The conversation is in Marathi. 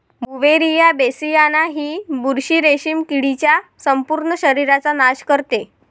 बुव्हेरिया बेसियाना ही बुरशी रेशीम किडीच्या संपूर्ण शरीराचा नाश करते